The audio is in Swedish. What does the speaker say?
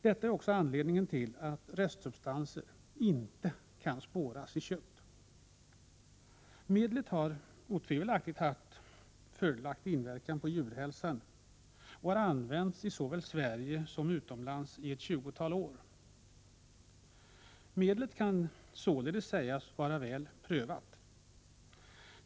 Detta är också anledningen till att restsubstanser inte kan spåras i kött. Medlet har otvivelaktigt haft fördelaktig inverkan på djurhälsan och har använts såväl i Sverige som utomlands i ett tjugotal år. Medlet kan således sägas vara väl prövat.